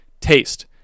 Taste